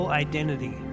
identity